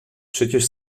przecież